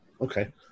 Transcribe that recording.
Okay